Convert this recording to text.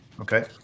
Okay